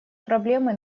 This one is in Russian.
проблемы